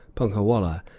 punkah-wallah,